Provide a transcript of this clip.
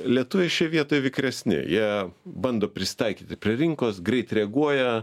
lietuviai šioj vietoj vikresni jie bando prisitaikyti prie rinkos greit reaguoja